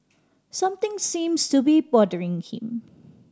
something seems to be bothering him